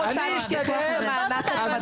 הן נוטשות אותנו.